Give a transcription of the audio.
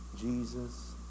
Jesus